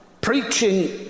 preaching